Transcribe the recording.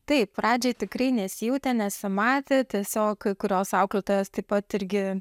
taip pradžioj tikrai nesijautė nesimatė tiesiog kai kurios auklėtojos taip pat irgi